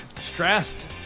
Stressed